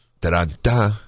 Da-da-da